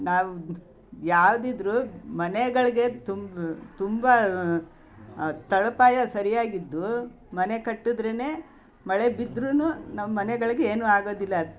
ನಾವು ಯಾವ್ದಿದ್ದರೂ ಮನೆಗಳಿಗೆ ತುಂ ತುಂಬ ತಳಪಾಯ ಸರಿಯಾಗಿದ್ದು ಮನೆ ಕಟ್ಟಿದ್ರೆ ಮಳೆ ಬಿದ್ರೂ ನಮ್ಮ ಮನೆಗಳಿಗೆ ಏನೂ ಆಗೋದಿಲ್ಲ